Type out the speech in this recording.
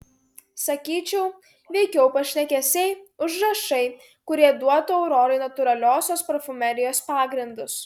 sakyčiau veikiau pašnekesiai užrašai kurie duotų aurorai natūraliosios parfumerijos pagrindus